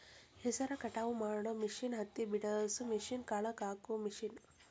ಹೆಸರ ಕಟಾವ ಮಾಡು ಮಿಷನ್ ಹತ್ತಿ ಬಿಡಸು ಮಿಷನ್, ಕಾಳ ಹಾಕು ಮಿಷನ್